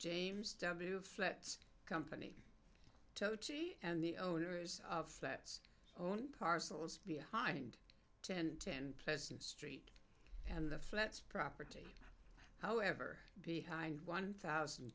james w flats company toti and the owners of flats own parcels behind ten ten pleasant street and the flats property however behind one thousand